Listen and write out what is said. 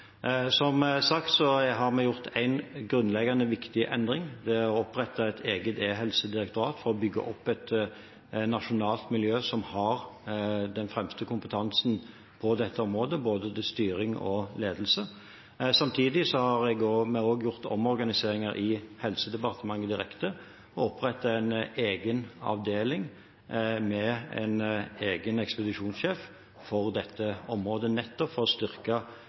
er å opprette et eget e-helse-direktorat for å bygge opp et nasjonalt miljø som har den fremste kompetansen på dette området, om både styring og ledelse. Samtidig har vi gjort omorganiseringer i Helsedepartementet direkte og opprettet en egen avdeling med en egen ekspedisjonssjef for dette området, nettopp for å styrke